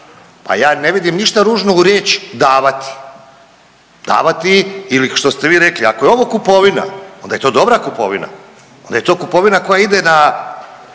Pa ja ne vidim ništa ružno u riječi davati. Davati ili što ste vi rekli, ako je ovo kupovina, onda je to dobra kupovina, onda je to kupovina koja ide